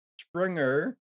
Springer